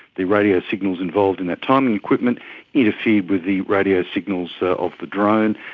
the radio signals involved in that timing equipment interfered with the radio signals of the drone,